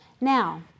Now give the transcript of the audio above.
Now